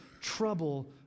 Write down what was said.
trouble